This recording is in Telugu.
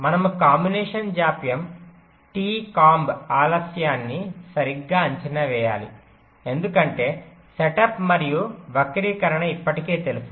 మనము కాంబినేషన్ జాప్యం T కొంబు ఆలస్యాన్ని సరిగ్గా అంచనా వేయాలి ఎందుకంటే సెటప్ మరియు వక్రీకరణ ఇప్పటికే తెలుసు